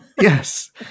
Yes